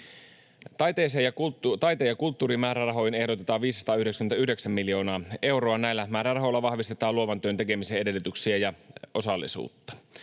Taiteen ja kulttuurin määrärahoihin ehdotetaan 599 miljoonaa euroa. Näillä määrärahoilla vahvistetaan luovan työn tekemisen edellytyksiä ja osallisuutta.